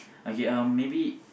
okay um maybe